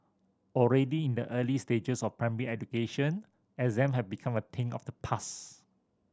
already in the early stages of primary education exam have become a thing of the past